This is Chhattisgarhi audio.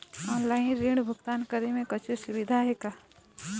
ऑनलाइन ऋण भुगतान करे के कुछू सुविधा हे का?